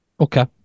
Okay